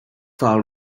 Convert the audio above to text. file